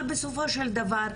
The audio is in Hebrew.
אבל בסופו של דבר,